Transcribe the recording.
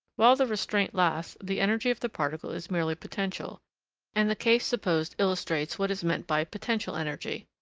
while the restraint lasts, the energy of the particle is merely potential and the case supposed illustrates what is meant by potential energy.